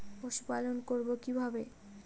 পশুপালন করব কিভাবে?